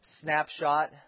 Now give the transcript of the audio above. snapshot